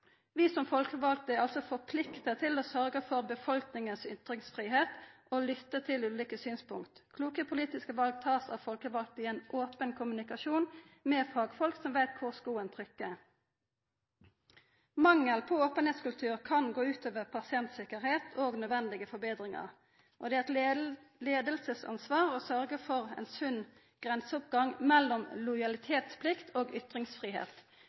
Vi som folkevalde er altså forplikta til å sørgja for ytringsfridom for befolkninga og lytta til ulike synspunkt. Kloke politiske val blir gjorde av folkevalde i ein open kommunikasjon med fagfolk som veit kvar skoen trykkjer. Mangel på ein openheitskultur kan gå ut over pasienttryggleik og nødvendige forbetringar. Leiarane har ansvar for å sørgja for ein sunn grenseoppgang mellom lojalitetsplikt og